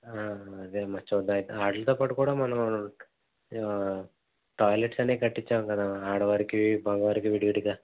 అదే అమ్మా చూద్దాము అయితే వాటిలతో పాటు కూడా మనం టాయిలెట్స్ అనేవి కట్టించాము కదా ఆడవారికి మగవారికి విడివిడిగా